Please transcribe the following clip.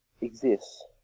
exists